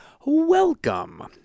welcome